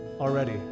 already